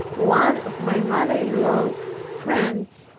one of my mother-in-law's friends,